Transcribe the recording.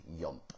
yomp